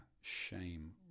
shame